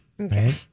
Okay